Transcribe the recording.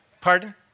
Pardon